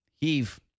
Heave